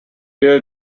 bill